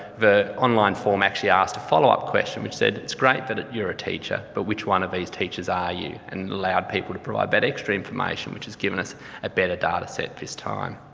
the online form actually asks a follow-up question which said, it's great that you're a teacher, but which one of these teachers are you, and allow people to provide that extra information, which has given us a better data set this time.